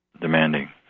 demanding